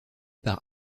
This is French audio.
par